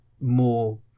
more